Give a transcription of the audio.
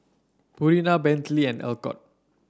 Purina Bentley and Alcott